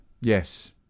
yes